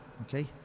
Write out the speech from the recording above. Okay